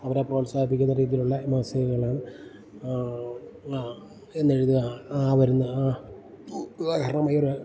അവരെ പ്രോത്സാഹിപ്പിക്കുന്ന രീതിയിലുള്ള മാസികകളാണ് ആ എന്നെഴുതുക അ വരുന്ന ഉദാഹരണമായി ഒര്